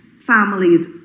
families